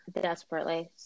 Desperately